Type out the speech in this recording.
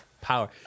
Power